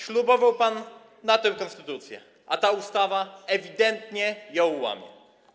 Ślubował pan na tę konstytucję, a ta ustawa ewidentnie ją łamie.